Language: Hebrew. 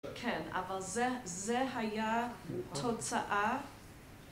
כן, אבל זה היה תוצאה